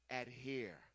adhere